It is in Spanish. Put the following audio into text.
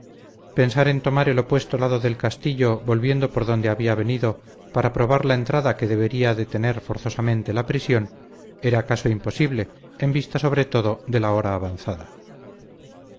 pensar en tomar el opuesto lado del castillo volviendo por donde había venido para probar la entrada que debería de tener forzosamente la prisión era caso imposible en vista sobre todo de la hora avanzada